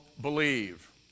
believe